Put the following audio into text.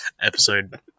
episode